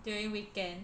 during weekend